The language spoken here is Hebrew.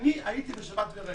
אני הייתי בשבת וראיתי.